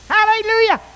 Hallelujah